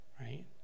Right